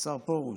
השר פרוש,